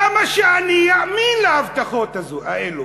למה שאני אאמין להבטחות האלו?